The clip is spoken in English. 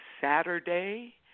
Saturday